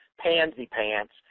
pansy-pants